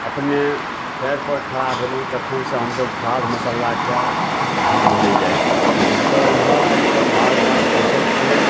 अपने पयरपर खड़ा भेलहुँ तखनसँ हमसब खाद मसल्लाके भीड़मे नहि जाइ छलियै हमसब एम्हर आबिकऽ माल जाल पोसय छियै